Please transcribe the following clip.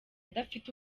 adafite